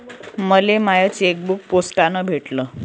मले माय चेकबुक पोस्टानं भेटल